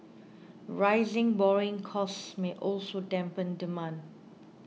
rising borrowing costs may also dampen demand